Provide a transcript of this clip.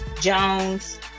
Jones